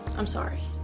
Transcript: i'm sorry.